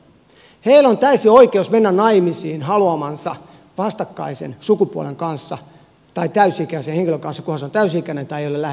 heillä on täysi oikeus mennä naimisiin haluamansa vastakkaista sukupuolta olevan henkilön kanssa kunhan tämä on täysi ikäinen eikä ole lähiomainen